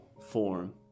form